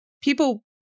people